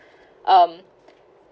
um